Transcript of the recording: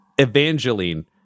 Evangeline